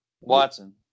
Watson